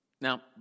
Now